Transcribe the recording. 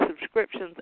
subscriptions